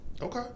Okay